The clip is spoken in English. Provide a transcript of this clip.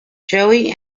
joey